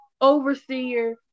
Overseer